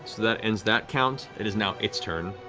that ends that count. it is now its turn.